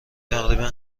تقریبا